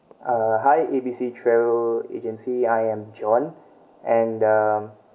uh hi A B C travel agency I am john and um